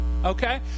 Okay